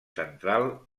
central